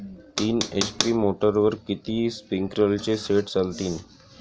तीन एच.पी मोटरवर किती स्प्रिंकलरचे सेट चालतीन?